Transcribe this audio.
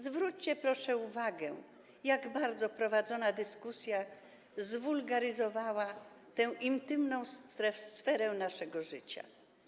Zwróćcie, proszę, uwagę, jak bardzo prowadzona dyskusja zwulgaryzowała tę intymną sferę naszego życia.